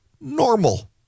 normal